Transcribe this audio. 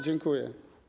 Dziękuję.